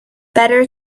better